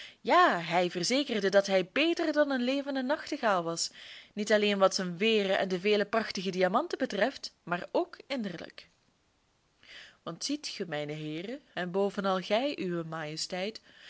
ja hij verzekerde dat hij beter dan een levende nachtegaal was niet alleen wat zijn veeren en de vele prachtige diamanten betreft maar ook innerlijk want ziet ge mijne heeren en bovenal gij uwe majesteit